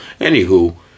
Anywho